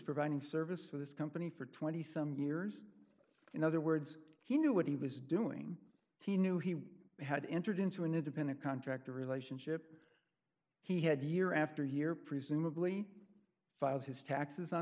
providing service for this company for twenty some years in other words he knew what he was doing he knew he had entered into an independent contractor relationship he had year after year presumably filed his taxes on